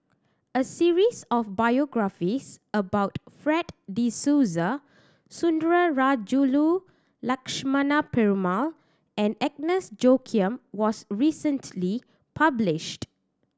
a series of biographies about Fred De Souza Sundarajulu Lakshmana Perumal and Agnes Joaquim was recently published